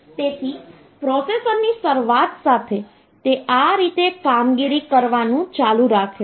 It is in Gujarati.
તેથી પ્રોસેસરની શરૂઆત સાથે તે આ રીતે કામગીરી કરવાનું ચાલુ રાખે છે